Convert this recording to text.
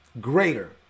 Greater